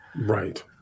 Right